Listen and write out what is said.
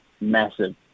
massive